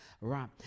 Right